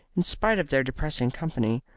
in spite of their depressing company,